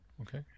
okay